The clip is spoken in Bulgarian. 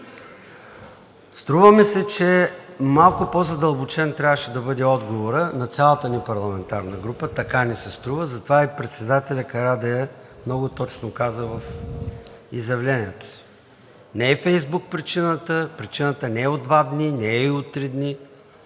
Струва ми се, че малко по-задълбочен трябваше да бъде отговорът. На цялата ни парламентарна група така ни се струва, затова и председателят Карадайъ много точно каза в изявлението си. Не е Фейсбук причината, причината не е от два дни, не е и от три дни,